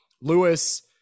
Lewis